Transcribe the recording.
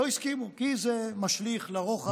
לא הסכימו כי זה משליך לרוחב ולאורך.